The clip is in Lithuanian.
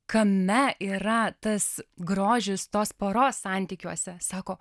kame yra tas grožis tos poros santykiuose sako